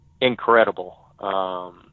incredible